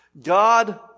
God